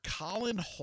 Colin